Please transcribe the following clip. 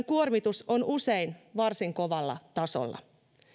kuormitus on usein varsin kovalla tasolla